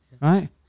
Right